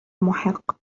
محق